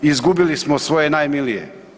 Izgubili smo svoje najmilije.